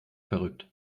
verrückt